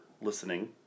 listening